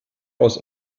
aus